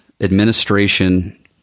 administration